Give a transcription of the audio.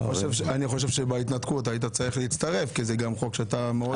אני חושב שבהתנתקות היית צריך להצטרף כי זה גם חוק שאתה בעדו.